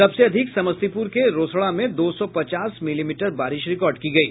सबसे अधिक समस्तीपुर के रोसड़ा में दो सौ पचास मिलीमीटर बारिश रिकॉर्ड की गयी